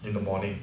in the morning